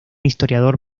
historiador